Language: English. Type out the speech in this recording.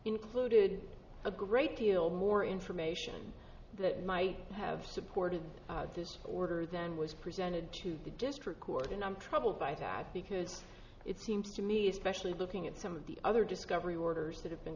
included a great deal more information that might have or did this order then was presented to the district court and i'm troubled by that because it seems to me especially looking at some of the other discovery orders that have been